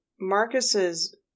marcus's